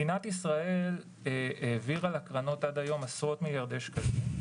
מדינת ישראל העבירה לקרנות עד היום עשרות מיליארדי שקלים,